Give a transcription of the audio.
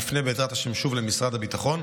נפנה בעזרת השם שוב למשרד הביטחון.